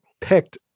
picked